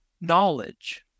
knowledge